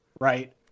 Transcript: Right